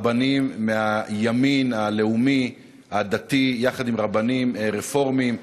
רבנים מהימין הלאומי-הדתי יחד עם רבנים רפורמים,